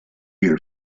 your